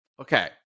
Okay